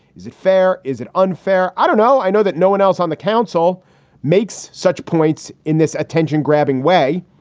is it fair? is it unfair? i don't know. i know that no one else on the council makes such points in this attention grabbing way.